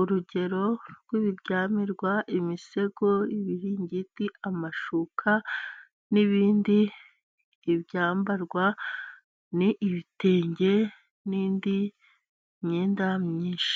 urugero rw'ibiryamirwa imisego, ibiringiti, amashuka ni ibindi byambarwa ni ibitenge ni indi myenda myinshi.